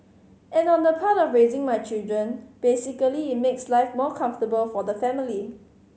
and on the part of raising my children basically it makes life more comfortable for the family